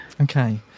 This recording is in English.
okay